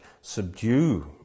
subdue